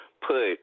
put